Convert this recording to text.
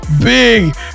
big